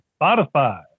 Spotify